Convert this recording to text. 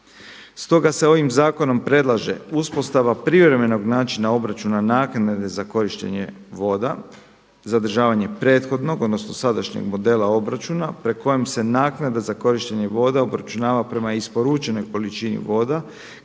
Stoga se ovim zakonom predlaže uspostava privremenog načina obračuna naknade za korištenje voda, zadržavanje prethodnog odnosno sadašnjeg modela obračuna pri kojem se naknada za korištenje voda obračunava prema isporučenoj količini voda